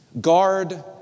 Guard